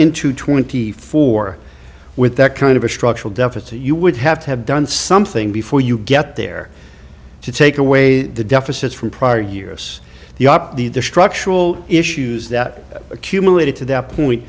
into twenty four with that kind of a structural deficit you would have to have done something before you get there to take away the deficit from prior year us the op the structural issues that accumulated to that point